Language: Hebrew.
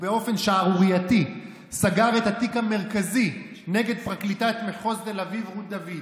באופן שערורייתי סגר את התיק המרכזי נגד פרקליטת מחוז תל אביב רות דוד,